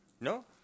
No